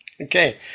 Okay